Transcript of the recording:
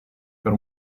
per